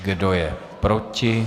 Kdo je proti?